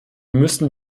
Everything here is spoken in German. müssen